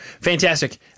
Fantastic